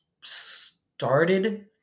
started